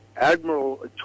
Admiral